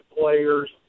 players